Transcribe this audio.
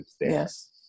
Yes